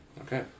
Okay